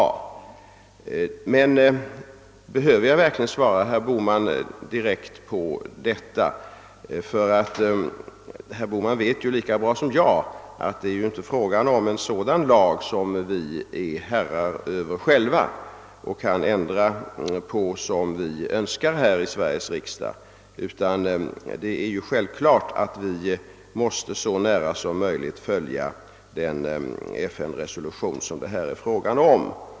Men behöver jag verkligen svara herr Bohman direkt på detta? Ty herr Bohman vet ju lika bra som jag att det inte är fråga om en lag som vi är herrar över själva och kan ändra som vi önskar här i Sveriges riksdag. Det är självklart att vi måste så nära som möjligt följa den FN-resolution som det är fråga om.